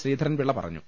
ശ്രീധരൻപിള്ള പറഞ്ഞു